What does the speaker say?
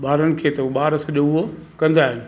ॿारनि खे त ॿार सॼो उहो कंदा आहिनि